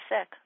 sick